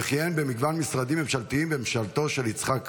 וכיהן במגוון משרדים ממשלתיים בממשלתו של יצחק רבין,